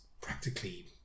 practically